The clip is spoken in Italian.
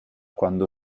quando